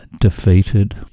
defeated